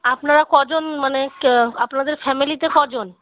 আপনারা কজন মানে ক আপনাদের ফ্যামিলিতে কজন